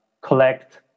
collect